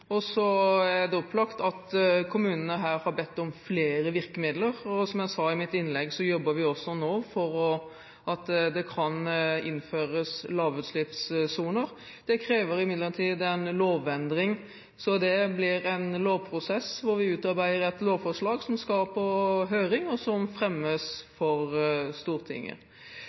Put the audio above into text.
mitt innlegg, jobber vi også nå for at det kan innføres lavutslippssoner. Det krever imidlertid en lovendring, så det blir en lovprosess hvor vi utarbeider et lovforslag som skal på høring, og som fremmes